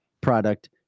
product